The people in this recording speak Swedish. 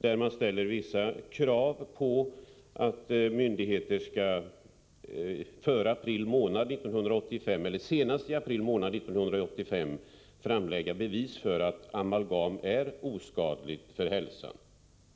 Förbundet har i den ställt krav på att myndigheterna senast i april månad 1985 skall framlägga bevis för att amalgam är oskadligt för hälsan.